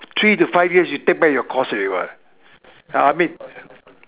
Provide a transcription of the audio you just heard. three to five years you take back your cost already [what] ah I mean